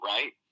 Right